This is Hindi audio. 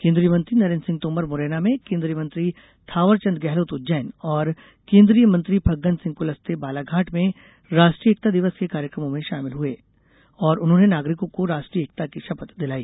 केन्द्रीय मंत्री नरेन्द्र सिंह तोमर मुरैना में केन्द्रीय मंत्री थांवरचंद गेहलोत उज्जैन और केन्द्रीय मंत्री फग्गन सिंह कुलस्ते बालाघाट में राष्ट्रीय एकता दिवस के कार्यक्रमों में शामिल हुए और उन्होंने नागरिकों को राष्ट्रीय एकता की शपथ दिलाई